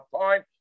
time